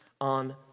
on